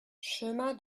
chemin